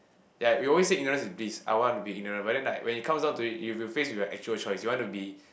ya we always say ignorance is bliss I want to be ignorant but then like when you comes down to it if you face with a actual choice you wanna be